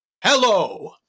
Hello